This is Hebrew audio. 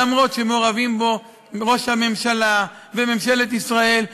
אף שמעורבים בו ראש הממשלה וממשלת ישראל,